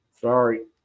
Sorry